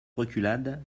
reculades